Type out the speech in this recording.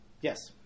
Yes